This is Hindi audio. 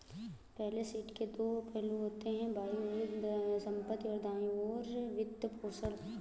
बैलेंस शीट के दो पहलू होते हैं, बाईं ओर संपत्ति, और दाईं ओर वित्तपोषण